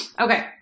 Okay